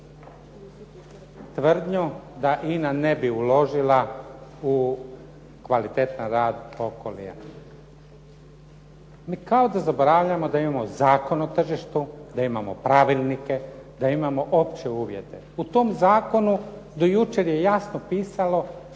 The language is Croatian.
tvrdnju da INA ne bi uložila u kvalitetan rad Okolija. Mi kao da zaboravljamo da imamo Zakon o tržištu, da imamo pravilnike i da imamo opće uvjete. U tom zakonu do jučer je jasno pisalo